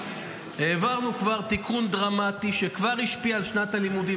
העברנו תיקון דרמטי שכבר השפיע על שנת הלימודים